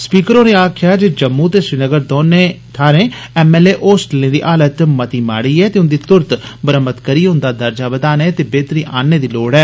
speaker होरें आक्खेआ जम्मू ते श्रीनगर दौनें थाहरें एमएलए होस्टलें दी हालत मती माड़ी ऐ ते उंदी तुरंत मरम्मत करियै उंदा दर्जा बघाने ते बेहतरी आन्नने दी लोड़ ऐ